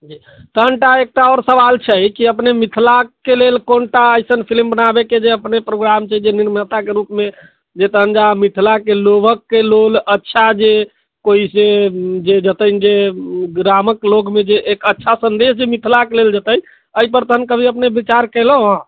जी तहनटा एकटा आओर सवाल छै की अपने मिथिलाके लेल कोनटा अइसन फिलिम बनाबैके जे अपने प्रोग्राम छै जे निर्माताके रूपमे जे तहन जा मिथिलाके लोकके लेल अच्छा जे कोइसे जे जतन जे ग्रामके लोकमे जे एक अच्छा सन्देश मिथिलाके लेल जेतै एहिपर तहन कभी अपने विचार कएलहुँ हँ